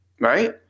right